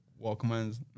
Walkmans